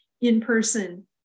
in-person